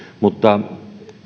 mutta